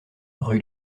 rue